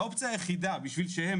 האופציה היחידה בשביל שהם,